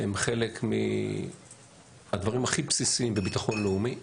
הם חלק מהדברים הכי בסיסיים בביטחון לאומי,